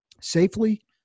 safely